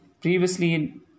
previously